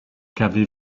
qu’avez